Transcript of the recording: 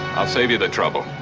i'll save you the trouble.